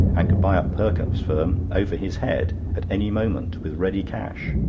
and could buy up perkupp's firm over his head at any moment with ready cash.